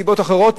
מסיבות אחרות,